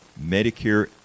Medicare